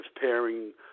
pairing